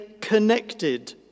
connected